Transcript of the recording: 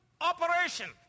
operation